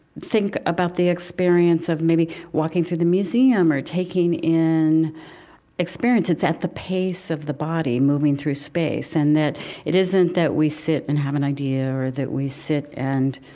think about the experience of maybe walking through the museum or taking in in experience. it's at the pace of the body moving through space. and that it isn't that we sit and have an idea, or that we sit and,